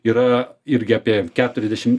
yra irgi apie keturiasdešim